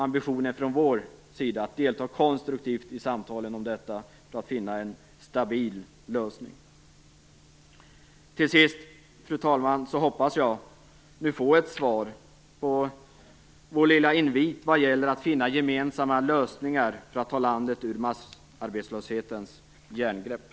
Ambitionen från vår sida är att delta konstruktivt i samtalen om detta för att finna en stabil lösning. Till sist, fru talman, hoppas jag nu få ett svar på vår lilla invit för att finna gemensamma lösningar och ta landet ur massarbetslöshetens järngrepp.